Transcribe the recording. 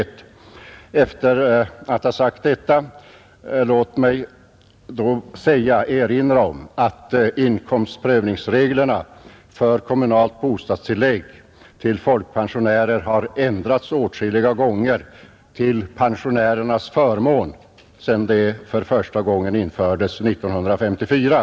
Låt mig efter att ha sagt detta erinra om att inkomstprövningsreglerna för kommunalt bostadstillägg till folkpensionärer har ändrats åtskilliga gånger till pensionärernas förmån sedan de första gången infördes 1954.